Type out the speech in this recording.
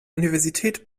universität